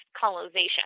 colonization